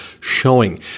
showing